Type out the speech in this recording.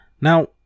Now